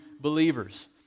believers